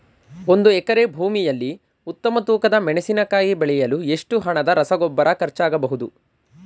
ಒಂದು ಎಕರೆ ಭೂಮಿಯಲ್ಲಿ ಉತ್ತಮ ತೂಕದ ಮೆಣಸಿನಕಾಯಿ ಬೆಳೆಸಲು ಎಷ್ಟು ಹಣದ ರಸಗೊಬ್ಬರ ಖರ್ಚಾಗಬಹುದು?